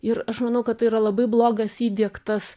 ir aš manau kad tai yra labai blogas įdiegtas